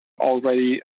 already